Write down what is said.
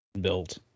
built